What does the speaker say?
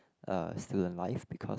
uh student life because